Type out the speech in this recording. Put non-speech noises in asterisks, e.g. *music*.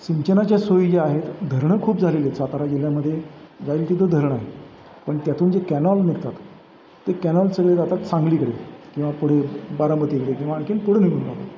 सिंचनाच्या सोयी ज्या आहेत धरणं खूप झालेले आहेत सातारा जिल्ह्यामध्ये जाईल तिथं धरण आहे पण त्यातून जे कॅनॉल निघतात ते कॅनॉल सगळे जातात सांगलीकडे किंवा पुढे बारामतीकडे किंवा आणखीन पुढं निघून *unintelligible*